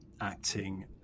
acting